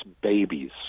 babies